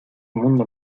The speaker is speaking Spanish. mundo